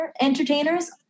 entertainers